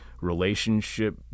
relationship